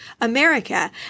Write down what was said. America